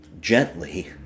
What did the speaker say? gently